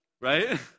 right